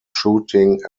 shooting